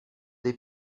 des